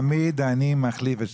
תודה רבה, חבר הכנסת עטאונה.